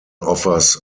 offers